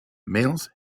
males